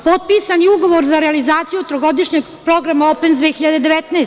Potpisan je ugovor za realizaciju trogodišnjeg programa OPENS 2019.